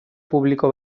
publiko